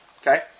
Okay